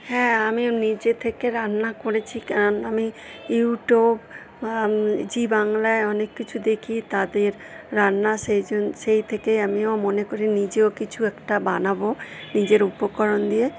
হ্যাঁ আমিও নিজে থেকে রান্না করেছি কারণ আমি ইউটিউব জি বাংলায় অনেক কিছু দেখি তাদের রান্না সেইজন সেই থেকেই আমিও মনে করি নিজেও কিছু একটা বানাবো নিজের উপকরণ দিয়ে